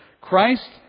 Christ